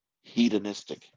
hedonistic